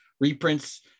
reprints